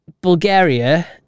Bulgaria